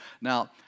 Now